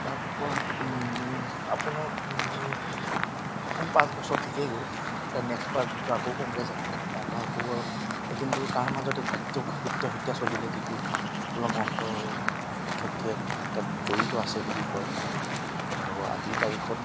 তাৰপৰা আপোনাৰ প্ৰথম পাঁচ বছৰ ঠিকেই গ'ল তাৰ নেক্সট পাঁচ বছৰ আকৌ কংগ্ৰেছ আহিলে তাৰপৰা আকৌ এই কিন্তু তাৰ মাজতে গুপ্ত গুপ্তহত্যা চলিলে যিটোত প্ৰফুল্ল মহন্তৰ বিশেষকৈ তাত জড়িত আছে বুলি কয় সকলোৱে আৰু আজিৰ তাৰিখত